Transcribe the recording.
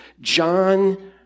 John